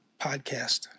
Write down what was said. podcast